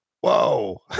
Whoa